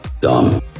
dumb